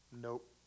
Nope